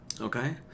Okay